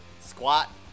Squat